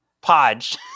Podge